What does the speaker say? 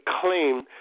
claim